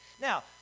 Now